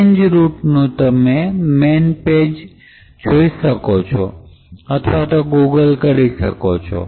change route નું તમે main page તમે જોઈ શકો છો અથવા તો google કરી શકો છો